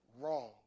wrong